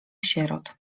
sierot